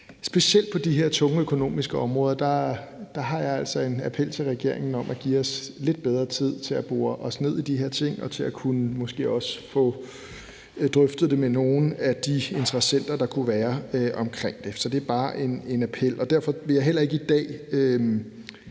Specielt på de her tunge økonomiske områder har jeg altså en appel til regeringen om at give os lidt bedre tid til at bore os ned i de her ting og til måske også at kunne få drøftet det med nogle af de interessenter, der kunne være omkring det. Så det er bare en appel. Derfor vil jeg ikke i dag